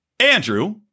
Andrew